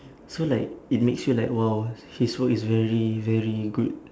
so like it makes you like !wow! his work is very very good